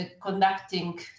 conducting